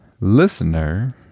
listener